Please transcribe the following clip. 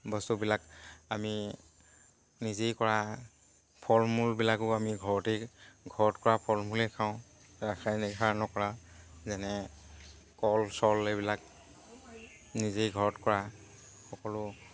বস্তুবিলাক আমি নিজেই কৰা ফল মূলবিলাকো আমি ঘৰতেই ঘৰত কৰা ফল মূলেই খাওঁ ৰাসায়নিক সাৰ নকৰা যেনে কল চল এইবিলাক নিজেই ঘৰত কৰা সকলো